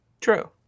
True